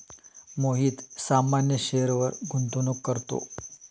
मोहित सामान्य शेअरवर गुंतवणूक करतो